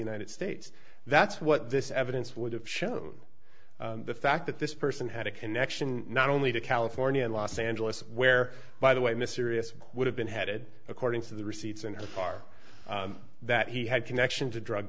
united states that's what this evidence would have shown the fact that this person had a connection not only to california and los angeles where by the way mysterious would have been headed according to the receipts and the car that he had connection to drug